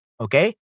okay